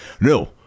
No